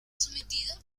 sometida